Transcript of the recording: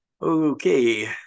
Okay